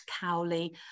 Cowley